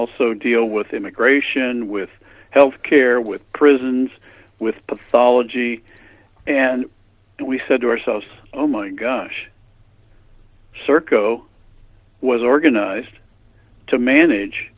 also deal with immigration with health care with prisons with pathology and we said to ourselves oh my gosh serco was organized to manage